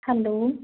hello